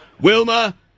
Wilma